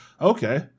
okay